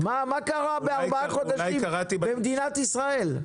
קרה בארבעה חודשים במדינת ישראל,